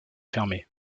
fermée